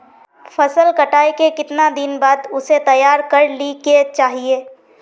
फसल कटाई के कीतना दिन बाद उसे तैयार कर ली के चाहिए?